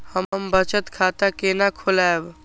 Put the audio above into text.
हम बचत खाता केना खोलैब?